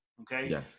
okay